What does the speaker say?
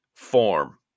form